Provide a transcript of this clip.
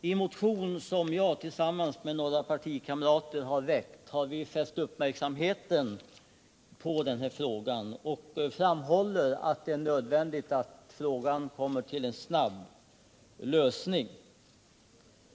I en motion som jag väckt tillsammans med några partikamrater har vi fäst uppmärksamheten på denna fråga och framhållit att det är nödvändigt att den får en snabb lösning.